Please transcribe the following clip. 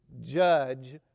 judge